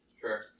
Sure